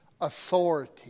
authority